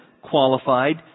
qualified